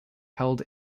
held